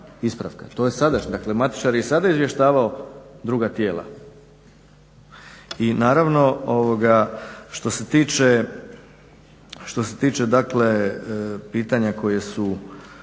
To je sada. Dakle, matičar je i sada izvještavao druga tijela. I naravno, što se tiče dakle pitanja koja su